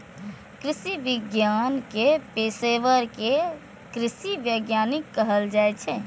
कृषि विज्ञान के पेशवर कें कृषि वैज्ञानिक कहल जाइ छै